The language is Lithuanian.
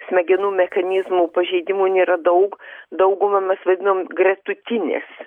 smegenų mechanizmų pažeidimų nėra daug dauguma mes vadinam gretutinės